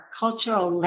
cultural